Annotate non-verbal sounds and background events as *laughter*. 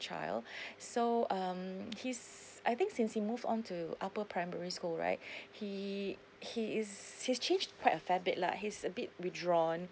child *breath* so um his I think since he moved on to upper primary school right *breath* he he is he's changed quite a fair bit lah he's a bit withdrawn